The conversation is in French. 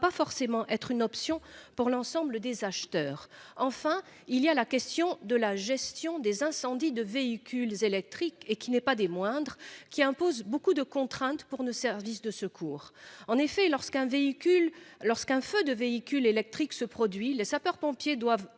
forcément être une option pour l'ensemble des acheteurs. Enfin il y a la question de la gestion des incendies de véhicules électriques et qui n'est pas des moindres, qui impose beaucoup de contraintes pour nos services de secours. En effet, lorsqu'un véhicule lorsqu'un feu de véhicule électrique se produit les sapeurs-pompiers doivent